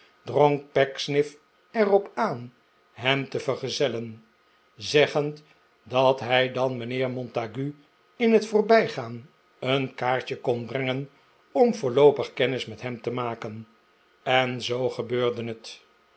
pecksniff er op aan hem te vergezellen zeggend dat hij dan mijnheer montague in het voorbijgaan een kaartje kon brengen om voorloopig kennis met hem te maken en zoo gebeurde het